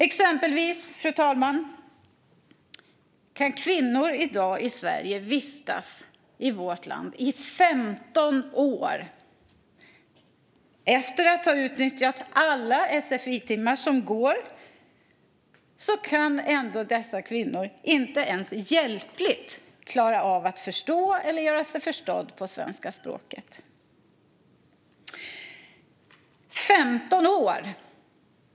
Exempelvis, fru talman, kan kvinnor i dag vistas i Sverige i 15 år och efter att ha utnyttjat alla sfi-timmar som går inte ens hjälpligt klara av att förstå eller göra sig förstådda på svenska språket.